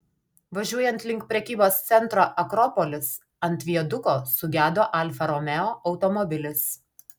važiuojant link prekybos centro akropolis ant viaduko sugedo alfa romeo automobilis